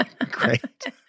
great